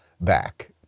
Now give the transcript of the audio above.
back